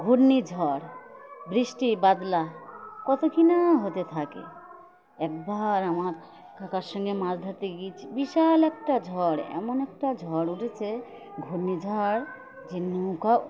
ঘূর্ণি ঝড় বৃষ্টি বাদলা কত কি না হতে থাকে একবার আমার কাকার সঙ্গে মাছ ধরতে গিয়েছি বিশাল একটা ঝড় এমন একটা ঝড় উঠেছে ঘূর্ণি ঝড় যে নৌকাও